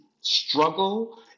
struggle